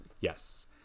Yes